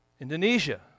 Indonesia